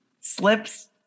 slips